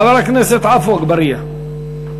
חבר הכנסת עפו אגבאריה.